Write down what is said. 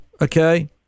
okay